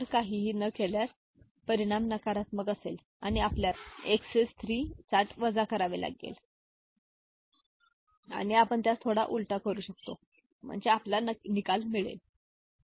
जर काहीही न केल्यास परिणाम नकारात्मक असेल आणि आपल्याला एक्सएस 3 साठ वजा करावे लागेल आणि आपण त्यास थोडा उलटा करू शकतो आपला निकाल मिळेल ठीक आहे